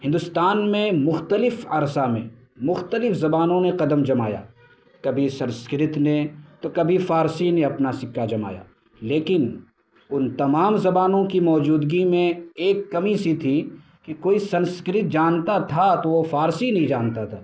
ہندوستان میں مختلف عرصہ میں مختلف زبانوں نے قدم جمایا کبھی سنسکرت نے تو کبھی فارسی نے اپنا سکہ جمایا لیکن ان تمام زبانوں کی موجودگی میں ایک کمی سی تھی کہ کوئی سنسکرت جانتا تھا تو وہ فارسی نہیں جانتا تھا